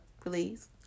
please